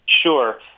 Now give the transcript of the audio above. Sure